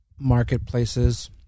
marketplaces